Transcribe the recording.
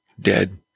dead